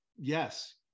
Yes